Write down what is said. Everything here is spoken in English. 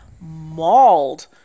mauled